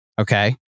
Okay